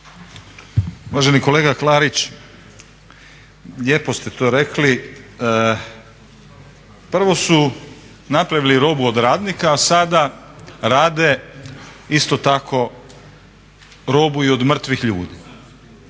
Uvaženi kolega Klarić, lijepo ste to rekli. Prvo su napravili robu od radnika a sada rade isto tako robu i od mrtvih ljudi